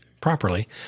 properly